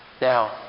Now